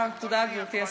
תודה, גברתי השרה.